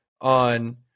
on